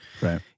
Right